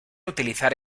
utilizar